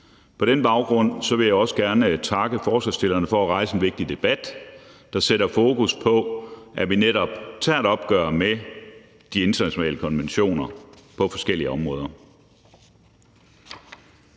På den baggrund vil jeg også gerne takke forslagsstillerne for at rejse en vigtig debat, der sætter fokus på, at vi netop tager et opgør med de internationale konventioner på forskellige områder.